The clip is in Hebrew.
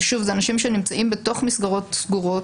שוב, זה אנשים שנמצאים בתוך מסגרות סגורות.